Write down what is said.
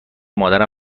مادرم